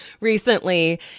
recently